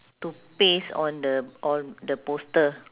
to paste on the on the poster